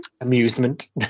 amusement